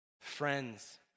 friends